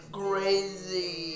crazy